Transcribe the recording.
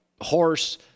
horse